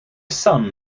sun